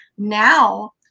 Now